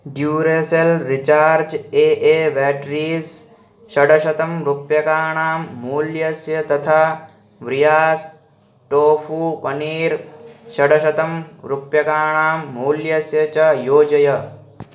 Duracell recharge A A batteries षड्शतं रूप्यकाणां मूल्यस्य तथा व्रियास् टोफ़ू पनीर् षड्शतं रूप्यकाणां मूल्यस्य च योजय